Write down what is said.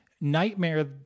nightmare